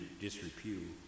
disrepute